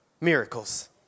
miracles